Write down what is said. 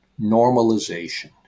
normalization